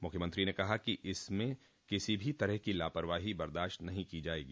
मुख्यमंत्री ने कहा कि इसमें किसी भी तरह की लापरवाही बदाश्त नहीं की जायेगी